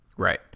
Right